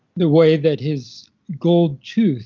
the way that his gold tooth